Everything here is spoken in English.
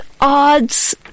odds